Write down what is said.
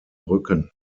rücken